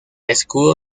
escudo